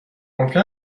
ممکن